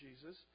Jesus